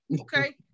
okay